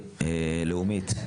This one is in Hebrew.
לאומית.